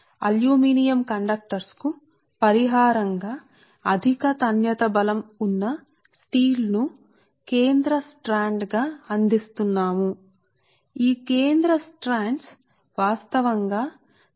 aluminium conductor యొక్క తక్కువ తన్యత బలం అధిక తన్యత బలం ఉన్న కేంద్ర స్ట్రాండ్ను అందించడం ద్వారా తయారు చేయబడింది స్టీల్ సరే కాబట్టి కేంద్ర strands తంతువులు ఇవి వాస్తవానికి ఉక్కు సరే